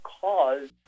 cause